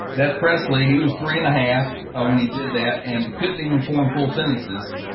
that's presley, he was three and a half, when he did that and couldn't even form full sentences.